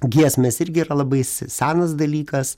giesmės irgi yra labai senas dalykas